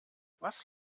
was